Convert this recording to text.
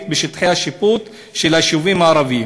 את שטחי השיפוט של היישובים הערביים.